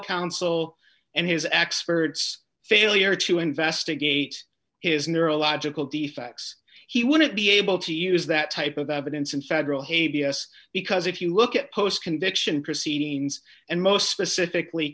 counsel and his acts for its failure to investigate his neurological defects he wouldn't be able to use that type of evidence in federal hey b s because if you look at post conviction proceedings and most specifically